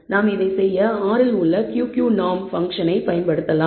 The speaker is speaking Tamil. நாம் இதை செய்ய R ல் உள்ள Q Q நார்ம் பங்க்ஷன் ஐ பயன்படுத்தலாம்